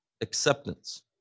acceptance